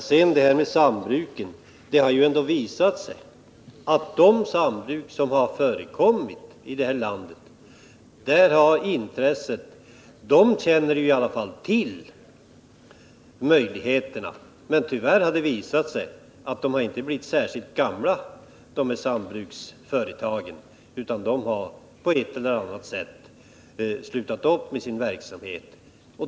Beträffande detta med sambruken har man ju vid de sambruk som har förekommit i detta land i alla fall känt till möjligheterna. Men tyvärr har det visat sig att dessa sambruksföretag inte har blivit särskilt gamla; de har på ett eller annat sätt slutat med sin verksamhet.